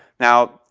now,